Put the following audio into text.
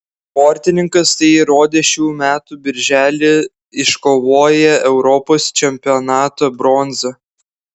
sportininkas tai įrodė šių metų birželį iškovoję europos čempionato bronzą